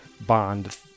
Bond